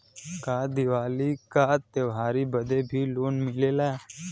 का दिवाली का त्योहारी बदे भी लोन मिलेला?